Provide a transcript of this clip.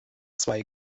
zwei